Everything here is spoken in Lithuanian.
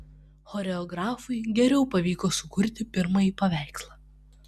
choreografui geriau pavyko sukurti pirmąjį veiksmą